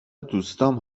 دوستام